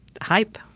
hype